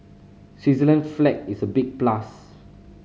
Switzerland's flag is a big plus